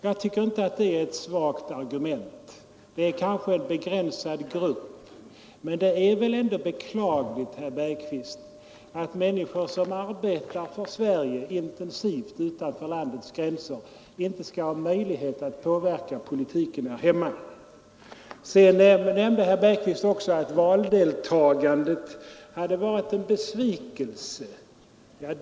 Jag tycker inte att det är ett svagt argument. Det rör sig kanske om en begränsad grupp, men det är väl ändå beklagligt, herr Bergqvist, att människor som arbetar intensivt för Sverige utom landets gränser inte skall ha möjlighet att påverka politiken här hemma. Herr Bergqvist nämnde också att valdeltagandet hade varit en besvikelse.